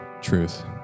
truth